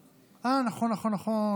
אה, נכון, נכון, נכון.